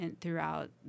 throughout